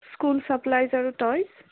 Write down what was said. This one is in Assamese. স্কুল চাপ্লাইজ আৰু টইজ